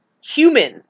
human